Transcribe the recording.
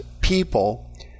people